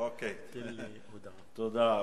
אוקיי, תודה.